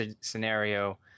scenario